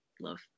love